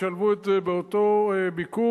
תשלבו את זה באותו ביקור,